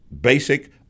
basic